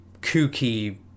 kooky